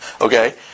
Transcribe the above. Okay